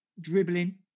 dribbling